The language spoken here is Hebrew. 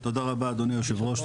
תודה רבה אדוני יושב הראש,